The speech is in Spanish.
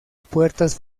puertas